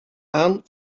aan